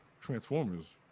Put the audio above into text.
Transformers